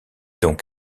donc